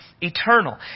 eternal